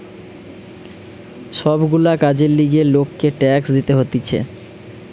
সব গুলা কাজের লিগে লোককে ট্যাক্স দিতে হতিছে